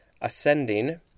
ascending